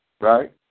right